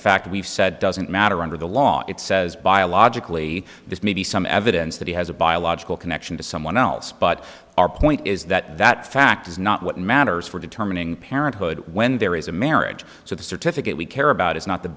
fact we've said doesn't matter under the law it says biologically this may be some evidence that he has a biological connection to someone else but our point is that that fact is not what matters for determining parenthood when there is a marriage so the certificate we care about is not the